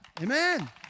Amen